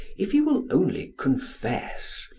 if you will only confess,